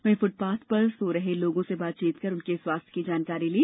वहीं फुटपाथ पर सो रहे लोगों से बातचीत कर उनके स्वास्थ्य की जानकारी ली